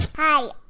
Hi